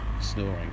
snoring